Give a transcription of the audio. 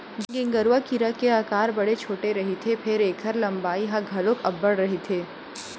गेंगरूआ कीरा के अकार बड़े छोटे रहिथे फेर ऐखर लंबाई ह घलोक अब्बड़ रहिथे